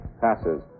passes